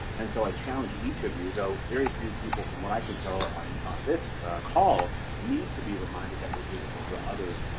and so i challenge each of you, though very few people from what i can tell on on this call need to be reminded that we're doing this for others,